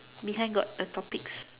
behind got a topics